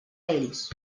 ells